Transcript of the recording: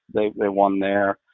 they they won there.